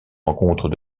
rencontre